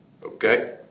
Okay